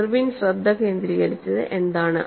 Irwin ശ്രദ്ധ കേന്ദ്രീകരിച്ചത് എന്താണ്